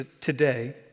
today